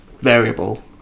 variable